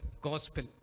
gospel